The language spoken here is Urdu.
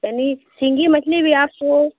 یعنی سنگھی مچھلی بھی آپ کو